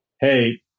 hey